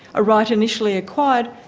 a right initially acquired,